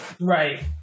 right